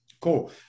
Cool